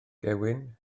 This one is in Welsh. gewyn